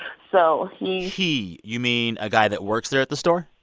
so he. he you mean a guy that works there at the store?